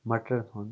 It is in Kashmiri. مَٹرن ہُنٛد